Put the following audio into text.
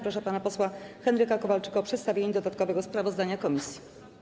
Proszę pana posła Henryka Kowalczyka o przedstawienie dodatkowego sprawozdania komisji.